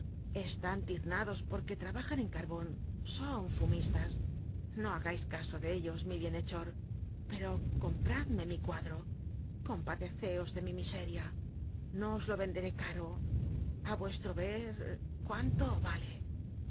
están tiznados porque trabajan en carbon son fumistas no hagais caso de ellos mi bienhechor pero compradme mi cuadro compadeceos de mi miseria no os lo venderé caro a vuestro ver cuánto vale